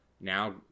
now